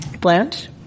Blanche